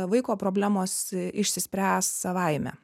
vaiko problemos išsispręs savaime